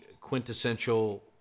quintessential